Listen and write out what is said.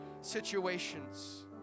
situations